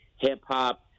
hip-hop